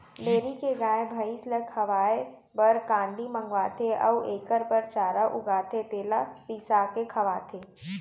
dairy के गाय, भँइस ल खवाए बर कांदी मंगवाथें अउ एकर बर चारा उगाथें तेला बिसाके खवाथें